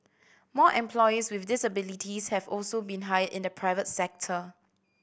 more employees with disabilities have also been hired in the private sector